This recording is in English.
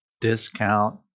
discount